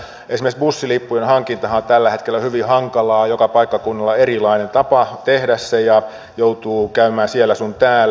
esimerkiksi bussilippujen hankintahan on tällä hetkellä hyvin hankalaa joka paikkakunnalla on erilainen tapa tehdä se ja joutuu käymään siellä sun täällä